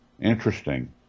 interesting